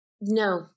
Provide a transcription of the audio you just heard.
No